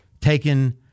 taken